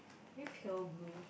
very pale blue